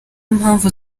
mpamvu